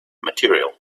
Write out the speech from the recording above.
material